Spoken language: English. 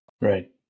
Right